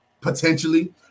potentially